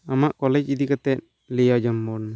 ᱟᱢᱟᱜ ᱠᱚᱞᱮᱡᱽ ᱤᱫᱤ ᱠᱟᱛᱮ ᱞᱟᱹᱭ ᱟᱸᱡᱚᱢ ᱵᱚᱱ ᱢᱮ